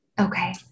Okay